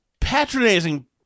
patronizing